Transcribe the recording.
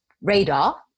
radar